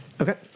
Okay